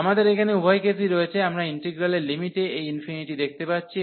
আমাদের এখানে উভয় কেসই রয়েছে আমরা ইন্টিগ্রালের লিমিটে এই ইনফিনিটি দেখতে পাচ্ছি